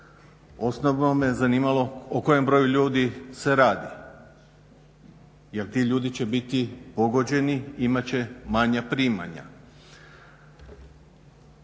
Osnovno me zanimalo o kojem broju ljudi se radi jer ti ljudi će biti pogođeni, imati će manja primanja.